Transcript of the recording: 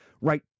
right